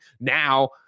now